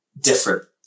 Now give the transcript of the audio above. different